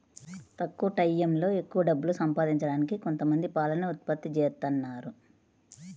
తక్కువ టైయ్యంలో ఎక్కవ డబ్బులు సంపాదించడానికి కొంతమంది పాలని ఉత్పత్తి జేత్తన్నారు